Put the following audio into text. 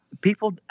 people